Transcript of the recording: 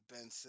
Ben